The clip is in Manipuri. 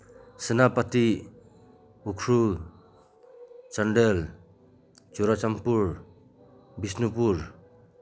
ꯁꯦꯅꯥꯄꯇꯤ ꯎꯈ꯭ꯔꯨꯜ ꯆꯥꯟꯗꯦꯜ ꯆꯨꯔꯆꯥꯟꯄꯨꯔ ꯕꯤꯁꯅꯨꯄꯨꯔ